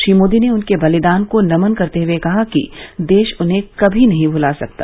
श्री मोदी ने उनके बलिदान को नमन करते हुए कहा कि देश उन्हें कभी नहीं भुला सकता